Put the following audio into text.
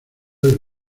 del